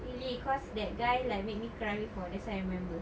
really cause that guy like make me cry before that's why I remember